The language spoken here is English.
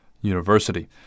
University